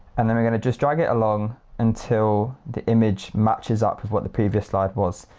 and then we're going to just drag it along until the image matches up with what the previous slide was.